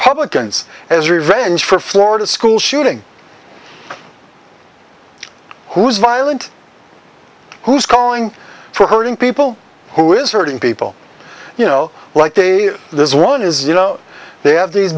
publicans as revenge for florida school shooting who's violent who's going to hurting people who is hurting people you know like they this one is you know they have these